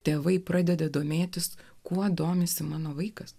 tėvai pradeda domėtis kuo domisi mano vaikas